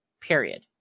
Period